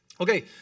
Okay